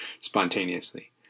spontaneously